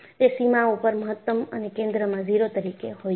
તે સીમા ઉપર મહત્તમ અને કેન્દ્રમાં 0 તરીકે હોય છે